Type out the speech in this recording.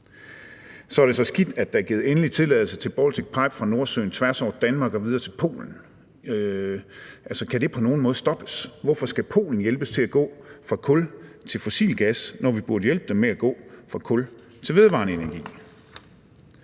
Men det er skidt, at der er givet endelig tilladelse til Baltic Pipe fra Nordsøen tværs over Danmark og videre til Polen. Altså, kan det på nogen måde stoppes? Hvorfor skal Polen hjælpes til at gå fra kul til fossil gas, når vi burde hjælpe dem med at gå fra kul til vedvarende energi?